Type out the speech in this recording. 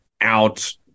out